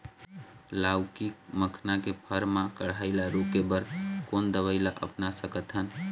लाउकी मखना के फर मा कढ़ाई ला रोके बर कोन दवई ला अपना सकथन?